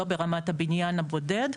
לא ברמת הבניין הבודד.